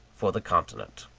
for the continent.